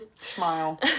smile